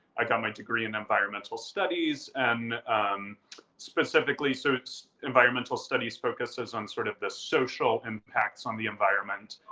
i got my degree in environmental studies, and specifically, so it's environmental studies focuses on sort of the social impacts on the environment.